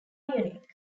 unique